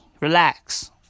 Relax